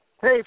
Hey